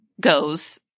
goes